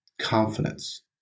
confidence